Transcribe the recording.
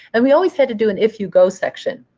and we always had to do and if you go section.